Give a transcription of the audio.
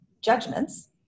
judgments